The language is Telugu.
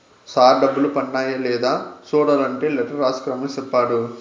సార్ డబ్బులు పన్నాయ లేదా సూడలంటే లెటర్ రాసుకు రమ్మని సెప్పాడు